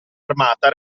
armata